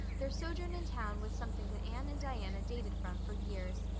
their sojourn in town was something that anne and diana dated from for years.